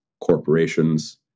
corporations